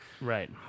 right